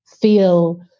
feel